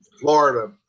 Florida